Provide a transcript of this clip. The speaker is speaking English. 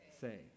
say